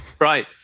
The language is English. Right